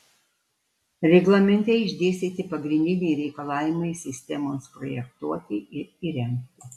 reglamente išdėstyti pagrindiniai reikalavimai sistemoms projektuoti ir įrengti